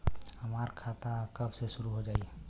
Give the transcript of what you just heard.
हमार खाता कब से शूरू हो जाई?